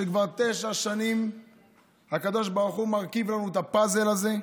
שכבר תשע שנים הקדוש ברוך הוא מרכיב לנו את הפאזל הזה,